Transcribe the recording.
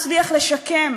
הצליח לשקם